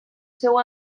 seu